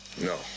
No